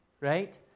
right